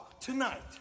tonight